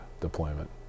deployment